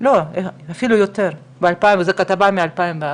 זאת כתבה מ-2004.